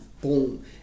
boom